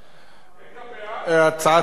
הצעת החוק לא התקבלה.